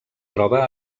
troba